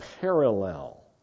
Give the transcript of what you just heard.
parallel